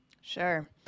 Sure